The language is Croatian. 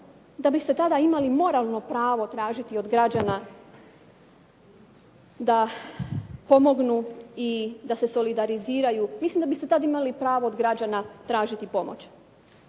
da biste tada imali moralno pravo tražiti od građana da pomognu i da se solidariziraju. Mislim da biste tad imali pravo od građana tražiti pomoć,